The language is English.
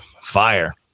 fire